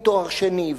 עם תואר שני,